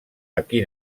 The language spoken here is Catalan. aquí